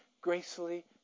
gracefully